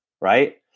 Right